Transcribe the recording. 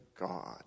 God